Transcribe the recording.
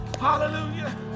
hallelujah